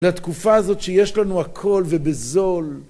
לתקופה הזאת שיש לנו הכל ובזול.